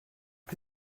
que